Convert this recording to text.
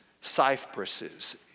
cypresses